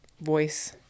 voice